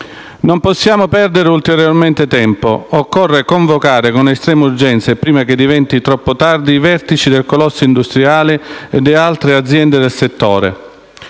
Non possiamo perdere ulteriormente tempo: occorre convocare, con estrema urgenza e prima che diventi troppo tardi, i vertici del colosso industriale e delle altre aziende del settore.